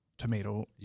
tomato